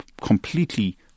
completely